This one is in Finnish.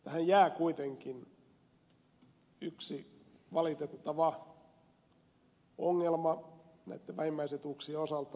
tähän jää kuitenkin yksi valitettava ongelma näitten vähimmäisetuuksien osalta